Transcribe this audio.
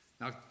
Now